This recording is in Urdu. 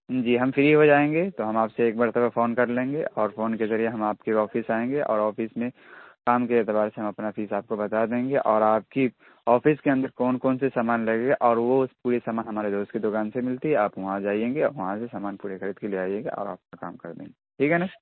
جی ہم فری ہو جائیں گے تو ہم آپ سے ایک مرتبہ فون کر لیں گے اور فون کے ذریعے ہم آپ کے آفس آئیں گے اور آفس میں کام کے اعتبار سے ہم اپنا فیس آپ کو بتا دیں گے اور آپ کی آفس کے اندر کون کون سے سامان لگے گا اور وہ پورے سامان ہمارے دوست کی دوکان سے ملتی ہے آپ وہاں جائیں گے اور وہاں سے سامان پورے خرید کے لے آئیے گا اور آپ کا کام کر دیں گے ٹھیک ہے نا